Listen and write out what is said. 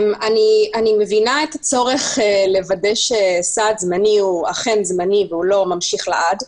אני מבינה את הצורך לוודא שסעד זמני הוא אכן זמני ולא ממשיך לעד.